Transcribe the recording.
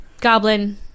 goblin